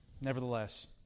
nevertheless